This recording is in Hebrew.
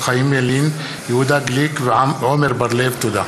תודה.